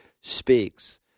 speaks